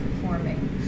performing